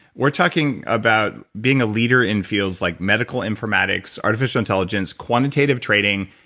we're talking about being a leader in fields like medical informatics, artificial intelligence, quantitative trading,